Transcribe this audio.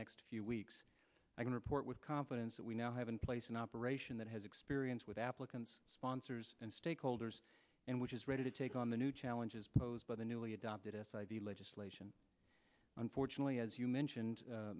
next few weeks i can report with confidence that we now have in place an operation that has experience with applicants sponsors and stakeholders and which is ready to take on the new challenges posed by the newly adopted us id legislation unfortunately as you mentioned